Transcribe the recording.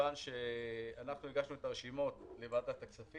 מכיוון שאנחנו הגשנו את הרשימות לוועדת הכספים,